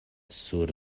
sur